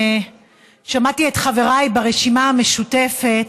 שמעתי את חבריי ברשימה המשותפת,